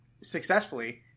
successfully